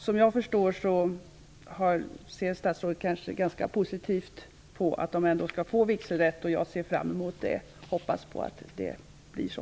Som jag förstår saken, ser statsrådet positivt på att syrianska kyrkan skall få vigselrätt. Jag ser fram emot det och hoppas att det blir så.